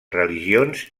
religions